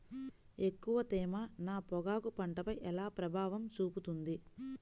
ఎక్కువ తేమ నా పొగాకు పంటపై ఎలా ప్రభావం చూపుతుంది?